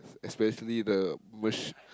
especially the mach~